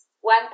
One